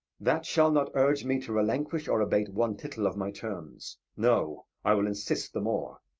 that shall not urge me to relinquish or abate one tittle of my terms no, i will insist the more.